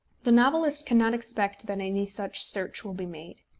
the novelist cannot expect that any such search will be made.